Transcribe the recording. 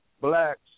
blacks